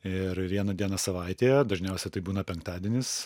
ir vieną dieną savaitėje dažniausia tai būna penktadienis